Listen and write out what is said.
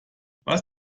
was